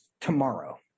tomorrow